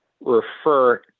refer